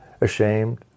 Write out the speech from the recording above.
ashamed